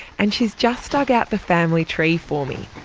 and she's just dug out the family tree for me.